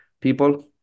people